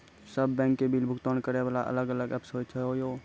सब बैंक के बिल भुगतान करे वाला अलग अलग ऐप्स होय छै यो?